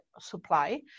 supply